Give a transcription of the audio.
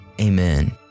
Amen